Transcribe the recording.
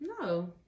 No